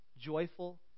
joyful